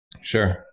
Sure